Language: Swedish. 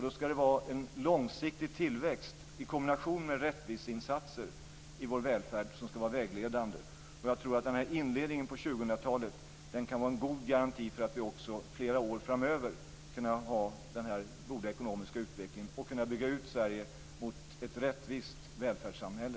Då ska det vara en långsiktig tillväxt i kombination med rättviseinsatser i vår välfärd som ska vara vägledande. Jag tror att inledningen på 2000 talet kan vara en god garanti för att vi också flera år framöver ska kunna ha denna goda ekonomiska utveckling och kunna bygga ut Sverige till ett rättvist välfärdssamhälle.